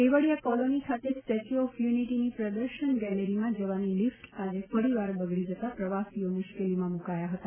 Kevadia colony ખાતે statue of યુનિટીની પ્રદર્શન ગેલેરીમાં જવાની લિફટ આજે ફરી વાર બગડી જતા પ્રવાસીઓ મુશ્કેલીમાં મુકાયા હતા